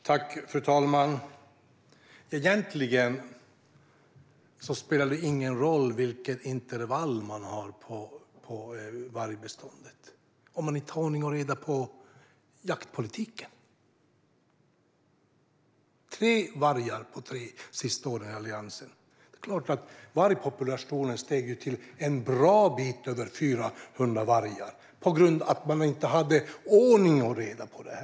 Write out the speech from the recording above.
Fru talman! Egentligen spelar det ingen roll vilket intervall man har på vargbeståndet om man inte har ordning och reda i jaktpolitiken. Tre vargar på Alliansens sista tre år - det är klart att vargpopulationen steg en bra bit över 400 vargar. Det var på grund av att man inte hade ordning och reda i detta.